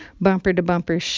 bumper-to-bumper